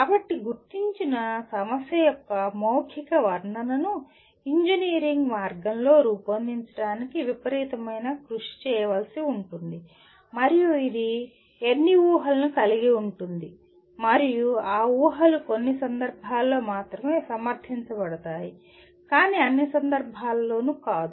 కాబట్టి గుర్తించబడిన సమస్య యొక్క మౌఖిక వర్ణనను ఇంజనీరింగ్ మార్గంలో రూపొందించడానికి విపరీతమైన కృషి ఉంటుంది మరియు ఇది ఎన్ని ఊహలను కలిగి ఉంటుంది మరియు ఆ ఊహలు కొన్ని సందర్భాల్లో మాత్రమే సమర్థించబడతాయి కానీ అన్ని సందర్భాల్లోనూ కాదు